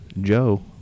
Joe